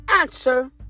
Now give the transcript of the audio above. answer